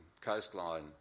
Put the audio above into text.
coastline